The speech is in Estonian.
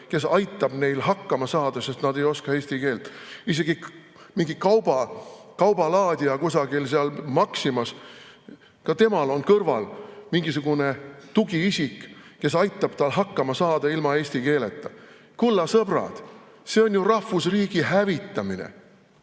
kes aitab neil hakkama saada, sest nad ei oska eesti keelt. Isegi mingil kaubalaadijal kusagil Maximas on kõrval mingisugune tugiisik, kes aitab tal hakkama saada ilma eesti keeleta. Kulla sõbrad, see on ju rahvusriigi hävitamine!